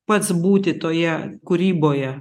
pats būti toje kūryboje